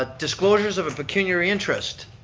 ah disclosures of pecuniary interest,